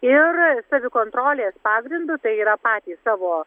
ir savikontrolės pagrindu tai yra patys savo